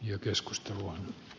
jo keskustelua